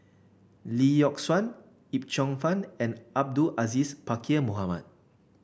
Lee Yock Suan Yip Cheong Fun and Abdul Aziz Pakkeer Mohamed